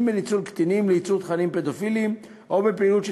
אם בניצול קטינים לייצור תכנים פדופילים ואם בפעילות של